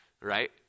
right